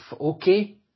okay